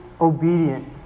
obedient